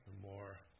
more